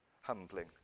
humbling